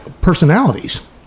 personalities